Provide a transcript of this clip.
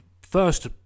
first